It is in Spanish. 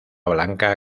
blanca